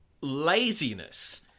laziness